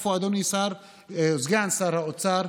איפה אדוני סגן שר האוצר,